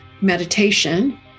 meditation